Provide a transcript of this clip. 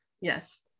Yes